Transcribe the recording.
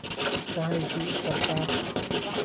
चाहै छी सरकार